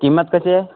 किंमत कशी आहे